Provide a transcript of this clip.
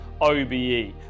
OBE